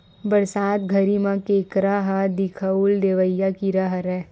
बरसात घरी म केंकरा ह दिखउल देवइया कीरा हरय